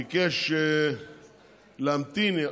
ביקש להמתין.